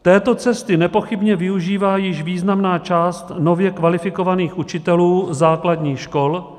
Této cesty nepochybně využívá již významná část nově kvalifikovaných učitelů základní škol.